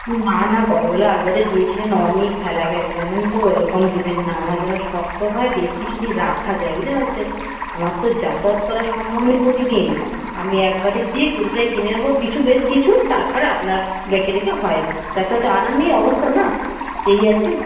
না না গলগলা আরবারে দিয়েছিলেন অনেক ফেলা গেছে জানেন তো ওরকম দেবেন না আমার যেন শক্ত হয় বেশ কিছু দিন রাখা যায় বুঝতে পারছেন আমার তো যাতায়াত করা সম্ভব নয় প্রতি দিন আমি একবারে গিয়ে পুরোটাই কিনে নেব কিছু বেশ কিছু তারপরে আপনার রেখে রেখে হয় যাতে ওটা আনার নিয়ে অবস্থা না দেরি আছে